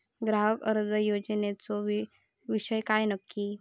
ग्राहक कर्ज योजनेचो विषय काय नक्की?